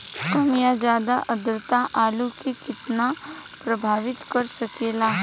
कम या ज्यादा आद्रता आलू के कितना प्रभावित कर सकेला?